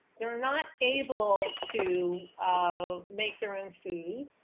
they're not able to ah make their own food.